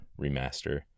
remaster